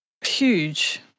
huge